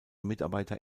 mitarbeiter